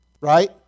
Right